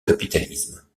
capitalisme